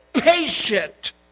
patient